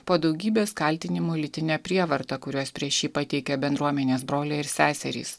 po daugybės kaltinimų lytine prievarta kuriuos prieš jį pateikė bendruomenės broliai ir seserys